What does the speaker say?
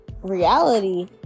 reality